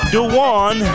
Dewan